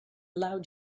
loud